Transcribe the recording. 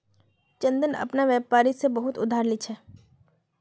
चंदन अपना व्यापारी से बहुत उधार ले छे